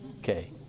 okay